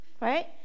right